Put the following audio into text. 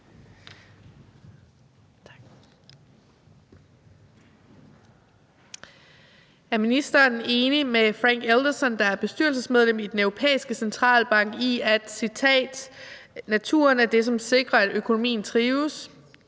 Er ministeren enig med Frank Elderson, bestyrelsesmedlem i Den Europæiske Centralbank, i, at »naturen er det, som sikrer, at økonomien trives«,